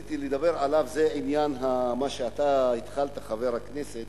שרציתי לדבר עליו, זה העניין שהתחלת, חבר הכנסת